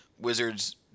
Wizards